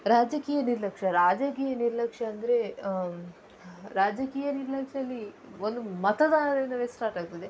ರಾಜಕೀಯ ನಿರ್ಲಕ್ಷ್ಯ ರಾಜಕೀಯ ನಿರ್ಲಕ್ಷ್ಯ ಅಂದರೆ ರಾಜಕೀಯ ನಿರ್ಲಕ್ಷ್ಯದಲ್ಲಿ ಒಂದು ಮತದಾರರಿಂದಲೇ ಸ್ಟಾರ್ಟ್ ಆಗ್ತದೆ